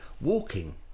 Walking